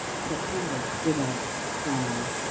september, ditto dyed,